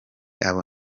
abo